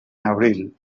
abril